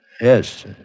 Yes